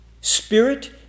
Spirit